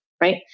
Right